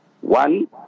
One